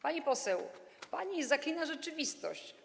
Pani poseł, pani zaklina rzeczywistość.